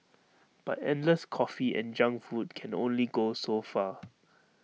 but endless coffee and junk food can only go so far